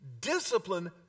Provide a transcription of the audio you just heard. discipline